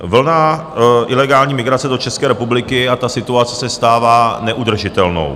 Vlna ilegální migrace do České republiky situace se stává neudržitelnou.